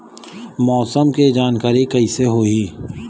मौसम के जानकारी कइसे होही?